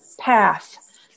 path